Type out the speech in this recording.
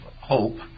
hope